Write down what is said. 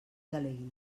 delegui